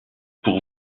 pour